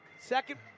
Second